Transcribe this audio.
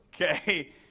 Okay